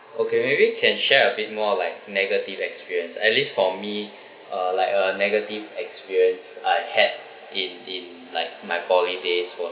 okay maybe you can share a bit more like negative experience at least for me uh like a negative experience I had in in like my poly days for